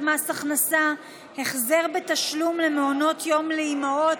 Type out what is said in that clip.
מס הכנסה (החזר בתשלום למעונות יום לאימהות),